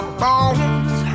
bones